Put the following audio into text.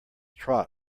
trot